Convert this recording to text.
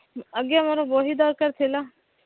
ଆଜ୍ଞା ମୋର ବହି ଦରକାର ଥିଲା